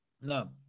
No